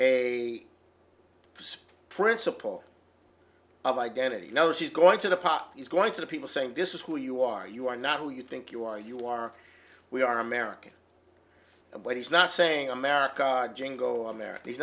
a principle of identity you know she's going to the pop is going to the people saying this is who you are you are not who you think you are you are we are america and what he's not saying america jingo america